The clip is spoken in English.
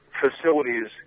facilities